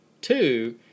Two